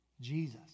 Jesus